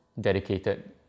dedicated